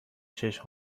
چشم